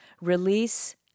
Release